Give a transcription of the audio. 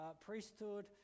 priesthood